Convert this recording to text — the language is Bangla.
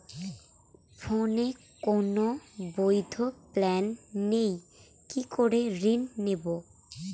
ফোনে কোন বৈধ প্ল্যান নেই কি করে ঋণ নেব?